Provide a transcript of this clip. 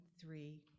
three